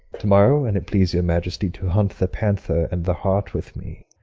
to-morrow, and it please your majesty to hunt the panther and the hart with me,